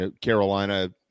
Carolina